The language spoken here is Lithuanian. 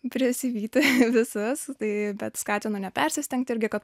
prisivyti visus tai bet skatinu nepersistengti ir kad